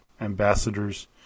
ambassadors